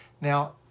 Now